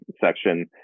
section